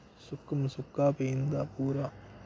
सुक्क म सुक्का पेई जंदा पूरा